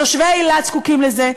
תושבי אילת זקוקים לזה,